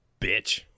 bitch